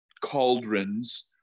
cauldrons